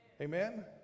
Amen